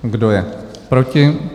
Kdo je proti?